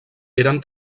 eren